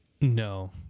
No